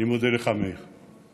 אני מודה לך, מאיר.